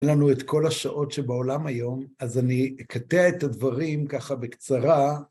לנו את כל השעות שבעולם היום, אז אני אקטע את הדברים ככה בקצרה.